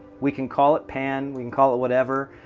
we can call it pan we can call it whatever.